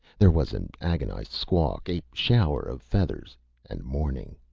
there was an agonized squawk, a shower of feathers and mourning.